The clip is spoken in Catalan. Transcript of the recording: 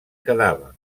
quedava